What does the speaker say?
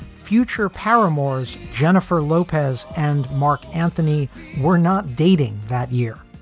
future paramours jennifer lopez and marc anthony were not dating that year,